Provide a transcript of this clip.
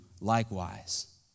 likewise